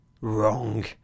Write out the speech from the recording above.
wrong